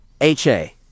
H-A